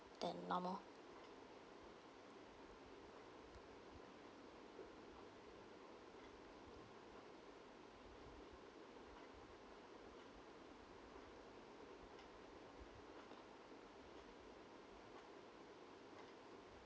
than normal